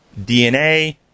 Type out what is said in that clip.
DNA